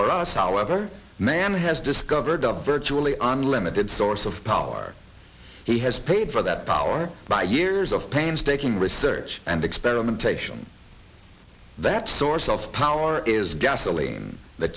for us however man has discovered a virtually unlimited source of power he has paid for that power by years of painstaking research and experimentation that source of power is gasoline the